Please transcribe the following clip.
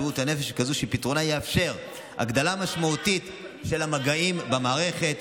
היא כזאת שפתרונה יאפשר הגדלה משמעותית של המגעים במערכת,